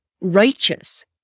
righteous